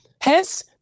hence